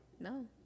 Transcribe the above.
No